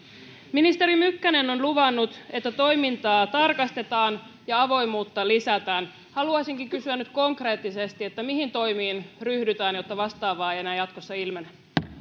ministeri mykkänen on luvannut että toimintaa tarkastetaan ja avoimuutta lisätään haluaisinkin kysyä nyt konkreettisesti mihin toimiin ryhdytään jotta vastaavaa ei enää jatkossa ilmene